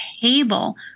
table